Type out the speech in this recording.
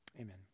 Amen